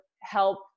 help